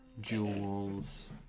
jewels